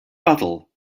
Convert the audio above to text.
bottle